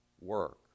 work